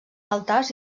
altars